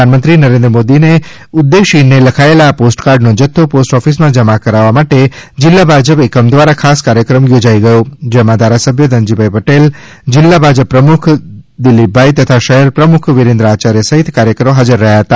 પ્રધાનમંત્રી નરેન્દ્ર મોદીને ઉદ્દેશી મે લખાયેલા આ પોસ્ટકાર્ડ નો જથ્થો પોસ્ટઓફિસ માં જમા કરાવવા માટે જિલ્લા ભાજપ એકમ દ્વારા ખાસ કાર્યક્રમ યોજાઈ ગયો જેમાં ધારાસભ્ય ધનજીભાઇ પટેલ જિલ્લા ભાજપ પ્રમુખ દિલીપભાઇ તથા શહેર પ્રમુખ વિરેન્દ્ર આયાર્ય સહિત કાર્યકરો હાજર હતા